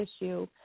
issue